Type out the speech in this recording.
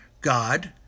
God